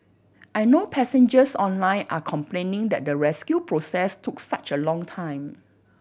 I know passengers online are complaining that the rescue process took such a long time